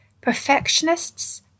Perfectionists